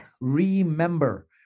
remember